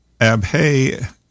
Abhay